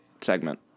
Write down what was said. segment